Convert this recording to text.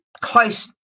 close